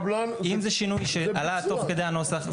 הרי זה קבלן --- אם זה שינוי שעלה תוך כדי הנוסח.